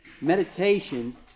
meditation